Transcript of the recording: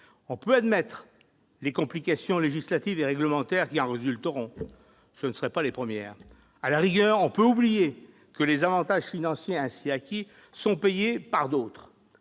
On peut admettre les complications législatives et réglementaires qui en résulteront. Ce ne serait pas les premières. À la rigueur, on peut oublier que les avantages financiers ainsi acquis sont payés par d'autres,